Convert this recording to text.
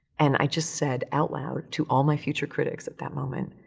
and i just said out loud to all my future critics at that moment,